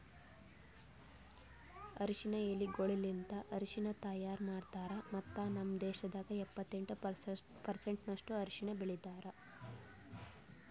ಅರಶಿನ ಎಲಿಗೊಳಲಿಂತ್ ಅರಶಿನ ತೈಯಾರ್ ಮಾಡ್ತಾರ್ ಮತ್ತ ನಮ್ ದೇಶದಾಗ್ ಎಪ್ಪತ್ತೆಂಟು ಪರ್ಸೆಂಟಿನಷ್ಟು ಅರಶಿನ ಬೆಳಿತಾರ್